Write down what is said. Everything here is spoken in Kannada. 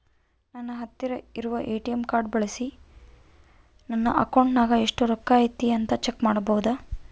ನನ್ನ ಹತ್ತಿರ ಇರುವ ಎ.ಟಿ.ಎಂ ಕಾರ್ಡ್ ಬಳಿಸಿ ನನ್ನ ಅಕೌಂಟಿನಾಗ ಎಷ್ಟು ರೊಕ್ಕ ಐತಿ ಅಂತಾ ಚೆಕ್ ಮಾಡಬಹುದಾ?